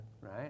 Right